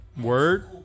Word